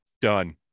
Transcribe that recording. done